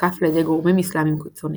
הותקף על ידי גורמים אסלאמיים קיצוניים.